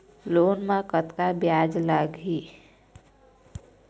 Loan म कतका ब्याज लगही?